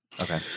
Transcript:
Okay